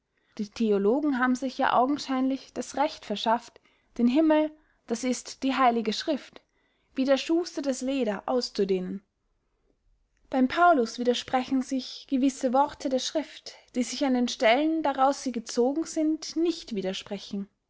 die theologen haben sich ja augenscheinlich das recht verschaft den himmel daß ist die heilige schrift wie der schuster das leder auszudehnen beym paulus widersprechen sich gewisse worte der schrift die sich an den stellen daraus sie gezogen sind nicht widersprechen